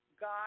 God